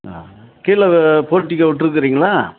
ஆ கீழே போர்ட்டிகோ விட்ருக்குறீங்களா